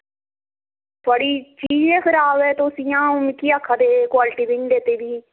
थुआढ़ी चीज़ गै खराब ऐ जियां तुस मिगी आक्खा दे तोह् क्वालिटी दी चीज़ आक्खा दी ही